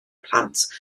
plant